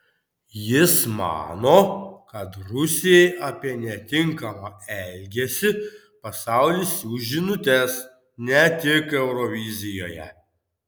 jis mano kad rusijai apie netinkamą elgesį pasaulis siųs žinutes ne tik eurovizijoje